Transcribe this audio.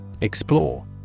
Explore